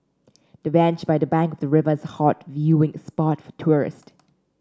the bench by the bank of the river is hot viewing spot for tourists